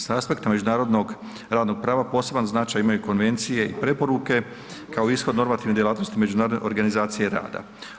S aspektima međunarodnog radnog prava poseban značaj imaju konvencije i preporuke kao ishod normativnih djelatnosti Međunarodne organizacije rada.